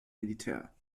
militär